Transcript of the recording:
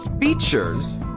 features